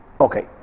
Okay